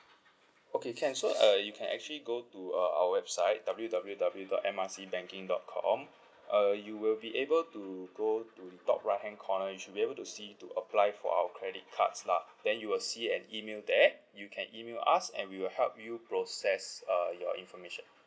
okay can so uh you can actually go to uh our website W_W_W dot M R C banking dot com uh you will be able to go to the top right hand corner you should be able to see to apply for our credit cards lah then you will see an email there you can email us and we will help you process uh your information